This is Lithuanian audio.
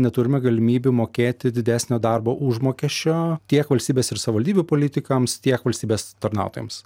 neturime galimybių mokėti didesnio darbo užmokesčio tiek valstybės ir savivaldybių politikams tiek valstybės tarnautojams